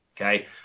Okay